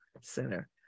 Center